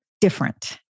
different